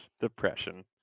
depression